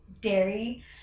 dairy